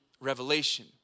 revelation